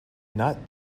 not